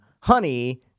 Honey